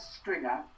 stringer